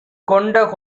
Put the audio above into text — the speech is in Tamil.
கொண்ட